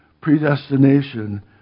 predestination